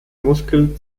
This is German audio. muskel